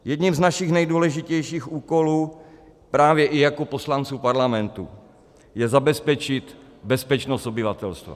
Jedním z našich nejdůležitějších úkolů právě i jako poslanců Parlamentu je zabezpečit bezpečnost obyvatelstva.